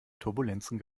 turbulenzen